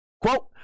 Quote